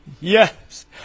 Yes